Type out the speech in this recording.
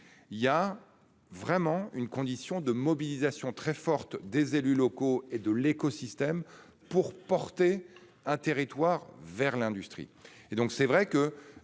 Il y a vraiment une condition de mobilisation très forte des élus locaux et de l'écosystème pour porter un territoire vers l'industrie et donc c'est vrai que